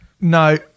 no